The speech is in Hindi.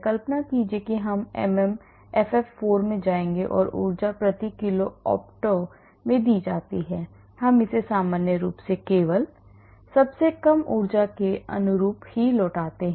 कल्पना कीजिए कि हम MMFF4 में जाएंगे और ऊर्जा प्रति किलो ऑप्टो में दी जाती है हम इसे सामान्य रूप से केवल सबसे कम ऊर्जा के अनुरूप लौटाते हैं